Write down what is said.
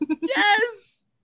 Yes